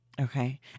Okay